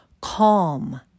calm